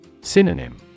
Synonym